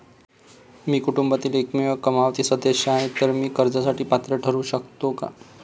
मी कुटुंबातील एकमेव कमावती सदस्य आहे, तर मी कर्जासाठी पात्र ठरु शकतो का?